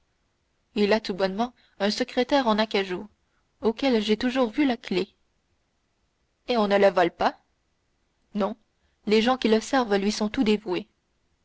il a tout bonnement un secrétaire en acajou auquel j'ai toujours vu la clef et on ne le vole pas non les gens qui le servent lui sont tout dévoués